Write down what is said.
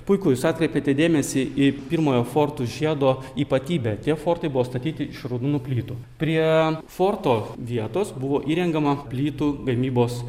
puiku jūs atkreipėte dėmesį į pirmojo fortų žiedo ypatybę tie fortai buvo statyti iš raudonų plytų prie forto vietos buvo įrengiama plytų gamybos